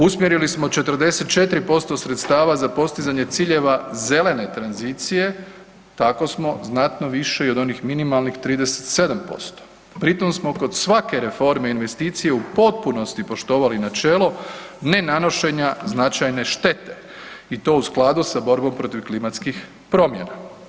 Usmjerili smo 44% sredstava za postizanje ciljeva zelene tranzicije, tako samo znatno više i od onih minimalnih 37%, pri tom smo kod svake reforme investicije u potpunosti poštovali načelo ne nanošenja značajne štete i to u skladu sa borbom protiv klimatskih promjena.